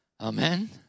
Amen